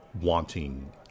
wanting